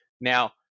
Now